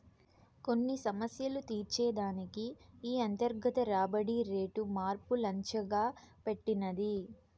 కొన్ని సమస్యలు తీర్చే దానికి ఈ అంతర్గత రాబడి రేటు మార్పు లచ్చెంగా పెట్టినది